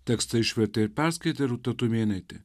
tekstą išvertė ir perskaitė rūta tumėnaitė